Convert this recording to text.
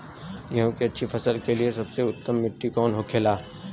गेहूँ की अच्छी फसल के लिए सबसे उत्तम मिट्टी कौन होखे ला?